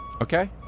Okay